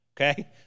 okay